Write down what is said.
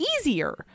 easier